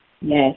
Yes